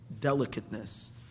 delicateness